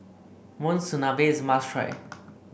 Monsunabe is a must try